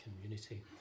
community